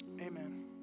Amen